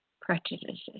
prejudices